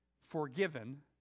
forgiven